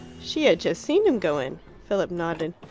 she had just seen him go in. philip nodded.